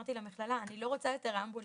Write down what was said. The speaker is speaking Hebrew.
אמרתי למכללה, אני לא רוצה יותר אמבולנסים,